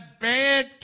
bad